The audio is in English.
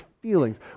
feelings